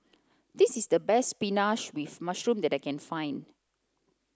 this is the best Spinach with mushroom that I can find